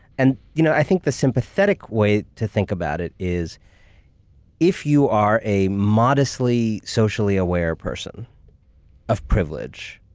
and you know, i think the sympathetic way to think about it is if you are a modestly socially aware person of privilege,